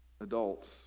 adults